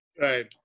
right